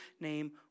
name